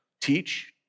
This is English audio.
teach